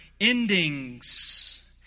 endings